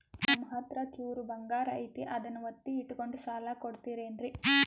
ನಮ್ಮಹತ್ರ ಚೂರು ಬಂಗಾರ ಐತಿ ಅದನ್ನ ಒತ್ತಿ ಇಟ್ಕೊಂಡು ಸಾಲ ಕೊಡ್ತಿರೇನ್ರಿ?